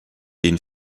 den